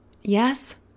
Yes